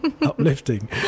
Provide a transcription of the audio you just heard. uplifting